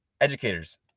Educators